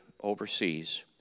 overseas